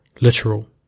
Literal